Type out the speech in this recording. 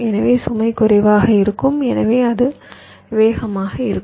எனவே சுமை குறைவாகவே இருக்கும் எனவே அது வேகமாக இருக்கும்